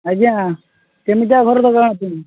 ଆଜ୍ଞା କେମିତିଆ ଘର ଦରକାର ଆପଣଙ୍କୁ